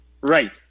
right